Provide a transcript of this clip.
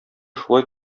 шулай